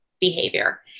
Behavior